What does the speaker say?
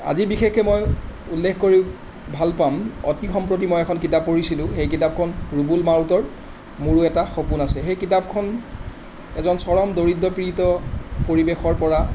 আজি বিশেষকৈ মই উল্লেখ কৰি ভাল পাম অতি সম্প্ৰতি মই এখন কিতাপ পঢ়িছিলোঁ সেই কিতাপখন ৰুবুল মাউতৰ মোৰো এটা সপোন আছে সেই কিতাপখন এজন চৰম দৰিদ্ৰ পীড়িত পৰিৱেশৰ পৰা